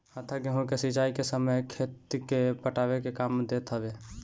हत्था गेंहू के सिंचाई के समय खेत के पटावे के काम देत हवे